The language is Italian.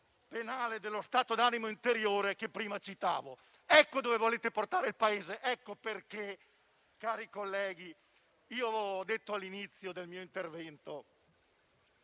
penale dello stato d'animo interiore che prima citavo. Ecco dove volete portare il Paese. Ecco perché, cari colleghi, come ho detto all'inizio del mio intervento,